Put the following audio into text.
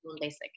basic